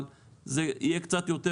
אבל זה יהיה קצת יותר.